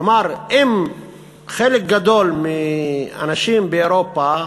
כלומר, אם חלק גדול מהאנשים באירופה,